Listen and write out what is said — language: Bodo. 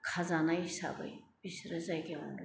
खाजानाय हिसाबै बिसोरो जायगायावनो